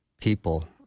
people